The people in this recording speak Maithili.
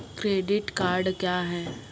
क्रेडिट कार्ड क्या हैं?